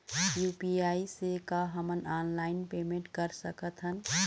UPI से का हमन ऑनलाइन पेमेंट कर सकत हन?